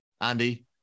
Andy